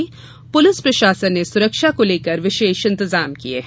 होली के लिए पुलिस प्रशासन ने सुरक्षा को लेकर विशेष इंतेजाम किये हैं